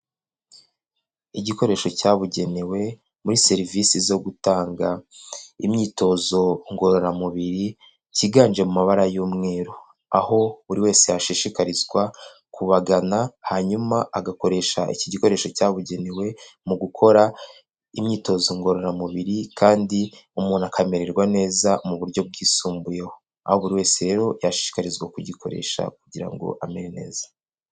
Igikoresho cyabugenewe muri serivisi zo gutanga imyitozo ngororamubiri, cyiganje mu mabara y'umweru, aho buri wese yashishikarizwa kubagana, hanyuma agakoresha iki gikoresho cyabugenewe mu gukora imyitozo ngororamubiri, kandi umuntu akamererwa neza mu buryo bwisumbuyeho, aho buri wese rero yashishikarizwa kugikoresha kugira ngo amere neza.